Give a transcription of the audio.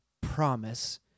promise